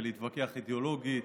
ולהתווכח אידיאולוגית.